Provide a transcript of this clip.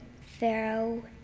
Pharaoh